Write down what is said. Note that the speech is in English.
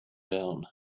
down